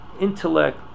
intellect